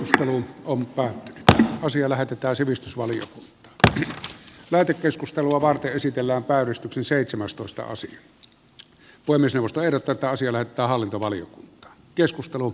puhemiesneuvosto ehdottaa että asia lähetetään sivistysvalio ja veti keskustelua varten esitellään päivystyksen seitsemästoista osin voimistelusta erotetaan sillä että hallintovaliot hallintovaliokuntaan